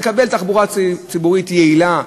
מקבל תחבורה ציבורית יעילה,